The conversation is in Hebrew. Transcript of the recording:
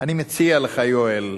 אני מציע לך, יואל,